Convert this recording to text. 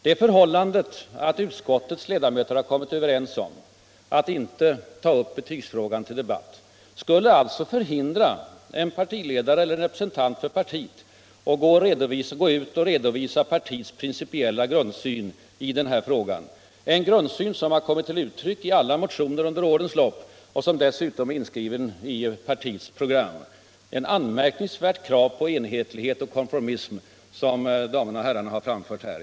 Det förhållandet att utskottets ledamöter har kommit överens om att inte ta upp betygsfrågan till debatt skulle alltså förhindra en partiledare eller en representant för ett parti att gå ut och redovisa partiets principiella grundsyn i den här frågan, en grundsyn som under årens lopp har kommit till uttryck i alla motioner som väckts på detta område och som dessutom är inskriven i partiets program. Det är ett anmärkningsvärt krav på enhetlighet och konformism som damerna och herrarna här har framfört.